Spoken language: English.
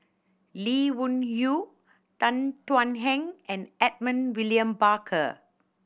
Lee Wung Yew Tan Thuan Heng and Edmund William Barker